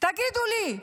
תגידו לי,